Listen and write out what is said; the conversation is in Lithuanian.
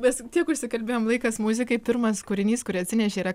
mes tiek užsikalbėjom laikas muzikai pirmas kūrinys kurį atsinešei yra